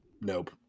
nope